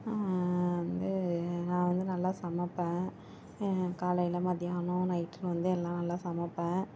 வந்து நான் வந்து நல்லா சமைப்பேன் காலையில் மத்தியானம் நைட்டில் வந்து எல்லாம் நல்லா சமைப்பேன்